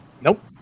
Nope